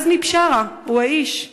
עזמי בשארה הוא האיש.